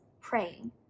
praying